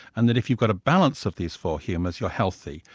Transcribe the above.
and that if you've got a balance of these four humours, you're healthy,